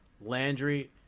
Landry